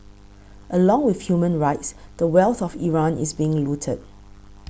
along with human rights the wealth of Iran is being looted